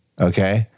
Okay